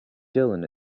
dylan